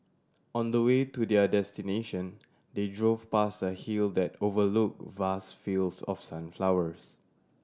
on the way to their destination they drove past a hill that overlook vast fields of sunflowers